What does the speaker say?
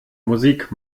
musik